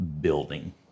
building